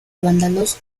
vándalos